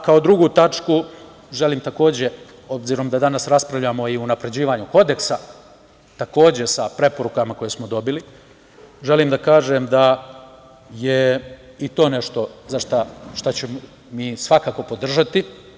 Kao drugu tačku, želim takođe, obzirom da danas raspravljamo i o unapređivanju Kodeksa, takođe sa preporukama koje smo dobili, želim da kažem da je i to nešto što ćemo mi svakako podržati.